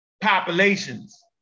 populations